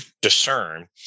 discern